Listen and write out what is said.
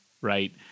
right